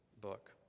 book